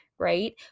right